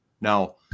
Now